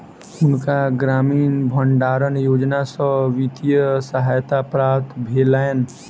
हुनका ग्रामीण भण्डारण योजना सॅ वित्तीय सहायता प्राप्त भेलैन